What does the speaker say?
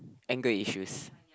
anger issues